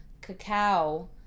cacao